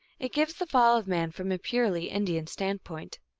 it gives the fall of man from a purely indian stand point.